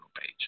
page